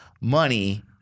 money